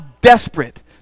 desperate